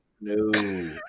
no